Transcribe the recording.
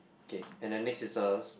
okay and then next is a s~